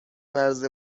مرز